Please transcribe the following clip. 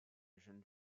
jeune